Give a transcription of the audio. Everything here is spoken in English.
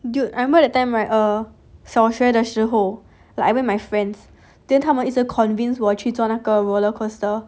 dude I remember that time right err 小学的时候 like I went with my friends then 他们一直 convinced 我去做那个 roller coaster